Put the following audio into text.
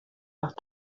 nach